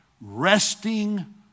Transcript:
Resting